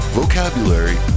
vocabulary